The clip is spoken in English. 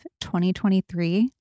2023